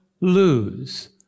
lose